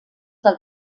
del